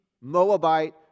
Moabite